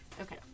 Okay